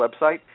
website